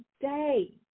day